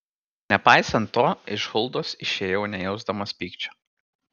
nepaisant to iš huldos išėjau nejausdamas pykčio